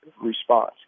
response